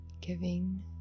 Giving